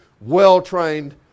well-trained